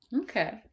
okay